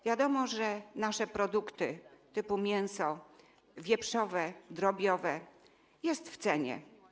Wiadomo, że nasze produkty typu mięso wieprzowe, drobiowe są w cenie.